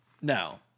No